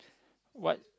what